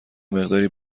مقداری